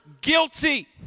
guilty